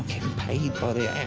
paid by the and